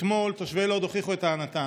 אתמול תושבי לוד הוכיחו את טענתם,